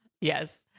Yes